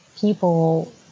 people